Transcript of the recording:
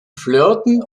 flirten